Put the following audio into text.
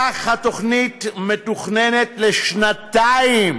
כך, התוכנית מתוכננת לשנתיים,